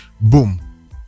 boom